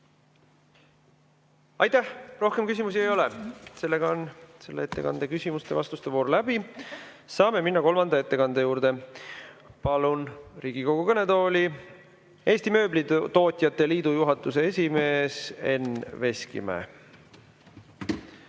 Aitäh! Rohkem küsimusi ei ole. Selle ettekande küsimuste ja vastuste voor on läbi. Saame minna kolmanda ettekande juurde. Palun Riigikogu kõnetooli Eesti Mööblitootjate Liidu juhatuse esimehe Enn Veskimäe.